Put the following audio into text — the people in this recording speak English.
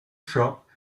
shop